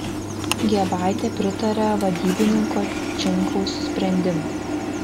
giebaitė pritarė vadybininko činkaus sprendimui